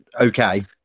okay